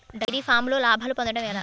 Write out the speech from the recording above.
Dairy ఫామ్లో లాభాలు పొందడం ఎలా?